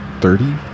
thirty